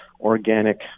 organic